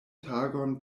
tagon